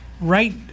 right